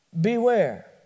Beware